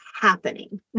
happening